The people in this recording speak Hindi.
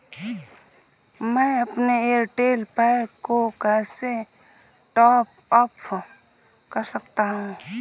मैं अपने एयरटेल पैक को कैसे टॉप अप कर सकता हूँ?